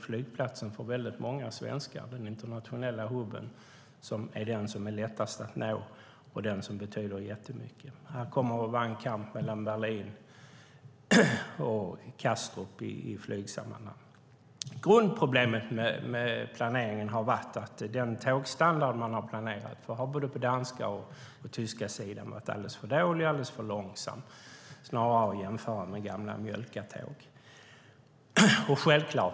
Kastrup är den internationella hubb som är lättast att nå för väldigt många svenskar, och den flygplatsen betyder jättemycket. Här kommer det att vara en kamp mellan Berlin och Kastrup i flygsammanhang. Grundproblemet med planeringen har varit att den tågstandard man har planerat för har på både den danska och den tyska sidan varit alldeles för dålig och alldeles för långsam, snarast att jämföra med gamla mjölktåg.